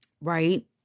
Right